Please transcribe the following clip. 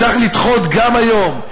"צריך לדחות גם היום,